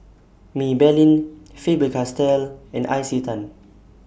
Maybelline Faber Castell and Isetan